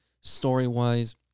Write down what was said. story-wise